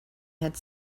had